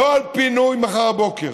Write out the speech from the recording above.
לא על פינוי מחר בבוקר,